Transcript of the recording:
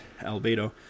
albedo